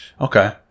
okay